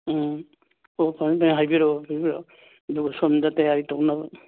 ꯎꯝ ꯑꯣ ꯐꯅꯤ ꯐꯅꯤ ꯍꯥꯏꯕꯤꯔꯛꯑꯣ ꯍꯥꯏꯕꯤꯔꯛꯑꯣ ꯑꯗꯨꯒ ꯁꯣꯝꯗ ꯇꯌꯥꯔꯤ ꯇꯧꯅꯕ